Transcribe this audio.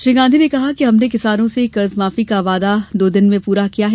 श्री गांधी ने कहा कि हमने किसानों से कर्ज माफी का वायदा दो दिन में पूरा किया है